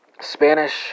Spanish